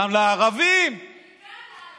גם לערבים, בעיקר לערבים.